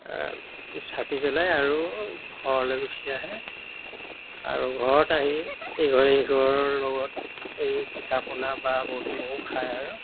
চাকি জ্বলাই আৰু ঘৰলৈ গুচি আহে আৰু ঘৰত আহি ইঘৰে সিঘৰৰ লগত এই পিঠা পনা বা বুট মগু খাই আৰু